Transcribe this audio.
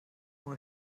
ohne